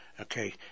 Okay